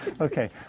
Okay